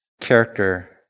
Character